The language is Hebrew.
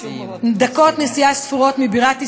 דקות נסיעה ספורות מבירת ישראל,